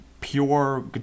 pure